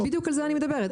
בדיוק על זה אני מדברת,